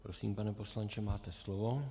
Prosím, pane poslanče, máte slovo.